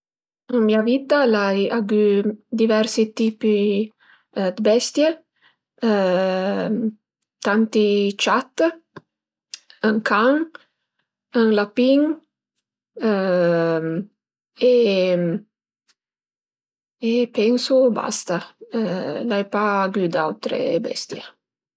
Ën mia vita l'ai agü diversi tipi dë bestie tanti ciat, ën can, ën lapin e e pensu basta, l'ai pa agü d'autre bestie